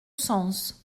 sens